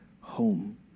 home